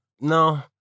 No